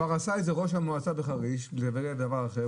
כבר עשה את זה ראש המועצה בחריש וזה דבר אחר,